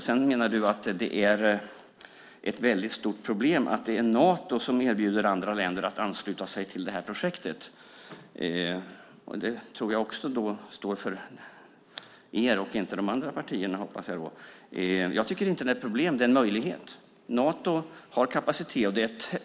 Sedan menar du att det är ett väldigt stort problem att det är Nato som erbjuder andra länder att ansluta sig till det här projektet. Det tror jag också står för er och inte de andra partierna. Jag tycker inte att det är ett problem. Det är en möjlighet. Nato har kapacitet.